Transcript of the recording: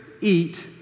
Eat